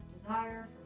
desire